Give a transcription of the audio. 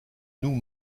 nous